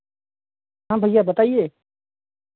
हाँ भैया बताइए